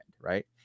right